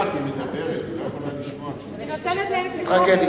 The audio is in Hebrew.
אני